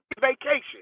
vacation